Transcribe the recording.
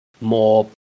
more